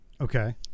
okay